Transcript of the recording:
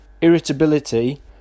irritability